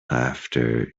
after